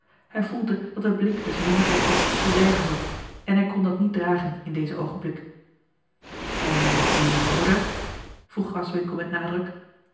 hij voelde dat de blik des wonderdokters den zijnen zocht en hij kon dat niet dragen in dezen oogenblik en uw broeder vroeg graswinckel met nadruk